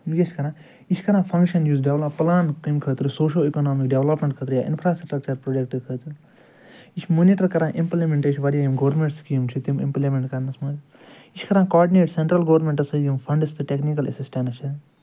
یہِ کیٛاہ چھِ کَران یہِ چھِ کَران فنگشن یُس ڈیولپ پُلان کَمہِ خٲطرٕ سوشو اِکنامِک ڈیولپمٮ۪نٛٹ خٲطرٕ یا اِنفراسٹرکچر پرٛوجٮ۪کٹہٕ خٲطرٕ یہِ چھُ مونِٹر کران اِمپُلمٮ۪نٹیٚشن وارِیاہ یِم گورمِنٛٹ سِکیٖم چھِ تِم اِمپُلمٮ۪نٛٹ کَرنس منٛز یہِ چھِ کَران کاڈنیٹ سینٛٹرل گورمِنٹس سۭتۍ یِم فنٛڈٕس تہِ ٹیکنیٖکٕل ایٚسِسٹٮ۪نٕس چھِ